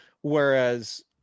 whereas